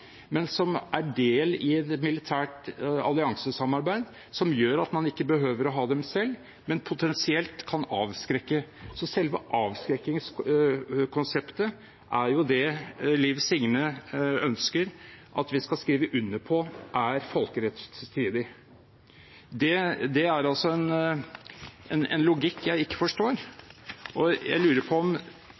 men som er del av et militært alliansesamarbeid som gjør at man ikke behøver å ha dem selv, men potensielt kan avskrekke. Så selve avskrekkingskonseptet er det Liv Signe Navarsete ønsker at vi skal skrive under på er folkerettsstridig. Det er en logikk jeg ikke forstår. Jeg lurer på om